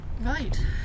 Right